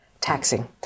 taxing